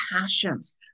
passions